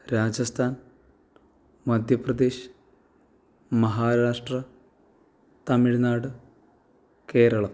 Rajasthan Madhya Pradesh Maharashtra Tamil Nadu Keralam